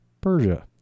Persia